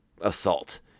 assault